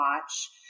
watch